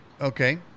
Okay